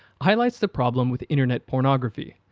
highlights the problem with internet pornography.